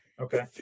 Okay